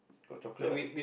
got chocolate ah